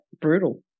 brutal